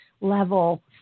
level